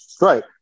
Right